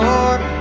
Lord